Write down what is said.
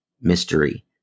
mystery